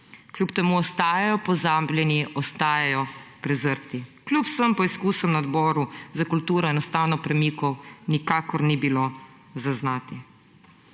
Kljub temu ostajajo pozabljeni, ostajajo prezrti, kljub vsem poskusom na Odboru za kulturo enostavno premikov nikakor ni bilo zaznati.